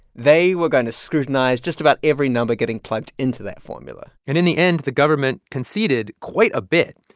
they were going to scrutinize just about every number getting plugged into that formula and in the end, the government conceded quite a bit.